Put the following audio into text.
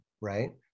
right